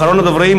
אחרון הדוברים,